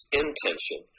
intention